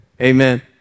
Amen